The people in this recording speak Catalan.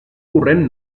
corrent